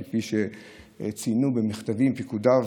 כפי שציינו במכתבים פקודיו,